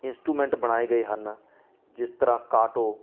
instrument ਬਣਾਏ ਗਏ ਹਨ ਜਿਸ ਤਰ੍ਹਾਂ ਕਾਟੋ